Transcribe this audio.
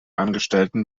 angestellten